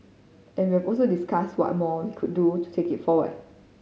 and we also discussed what more we could do to take it forward